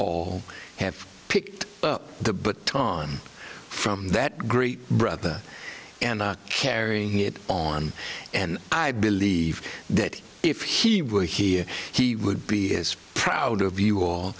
all have picked up the but tom from that great brother and i carry it on and i believe that if he were here he would be as proud of you all